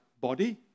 body